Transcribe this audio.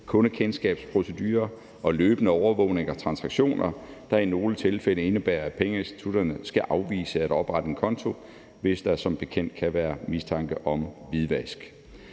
kundekendskabsprocedurer og løbende overvågning af transaktioner, der i nogle tilfælde indebærer, at pengeinstitutterne skal afvise at oprette en konto, hvis der som bekendt kan være mistanke om hvidvask.